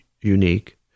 unique